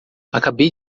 acabei